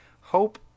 hope